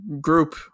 group